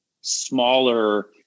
smaller